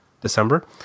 December